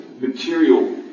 material